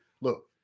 Look